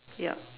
yup